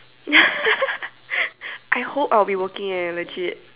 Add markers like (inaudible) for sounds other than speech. (laughs) I hope I'll be working eh legit